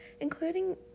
Including